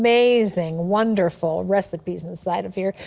amazing, wonderful recipes inside of here.